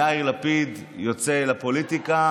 יאיר לפיד יוצא לפוליטיקה,